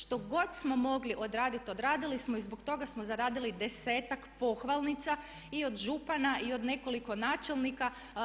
Što god smo mogli odraditi, odradili smo i zbog toga smo zaradili 10-ak pohvalnica i od župana i od nekoliko načelnika.